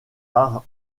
art